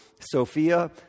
Sophia